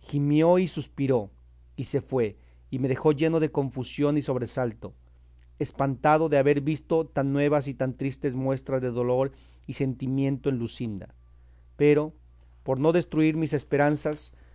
gimió y suspiró y se fue y me dejó lleno de confusión y sobresalto espantado de haber visto tan nuevas y tan tristes muestras de dolor y sentimiento en luscinda pero por no destruir mis esperanzas